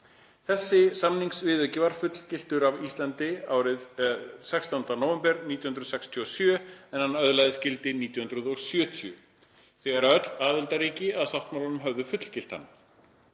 Þessi samningsviðauki var fullgiltur af Íslandi 16. nóvember 1967, en hann öðlaðist gildi 1970, þegar öll aðildarríki að sáttmálanum höfðu fullgilt hann.